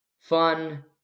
Fun